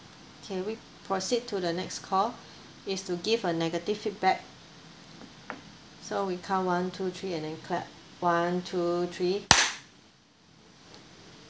can we proceed to the next call is to give a negative feedback so we count one two three and then clap one two three